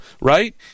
right